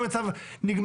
האם המצב נגמר?